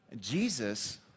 Jesus